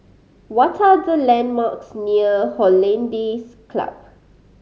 what are the landmarks near Hollandse Club